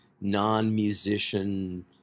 non-musician